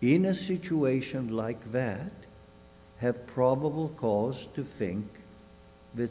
in a situation like that have probable cause to think that